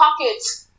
pockets